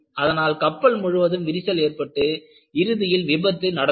அதனால் கப்பல் முழுவதும் விரிசல் ஏற்பட்டு இறுதியில் விபத்து நடந்தது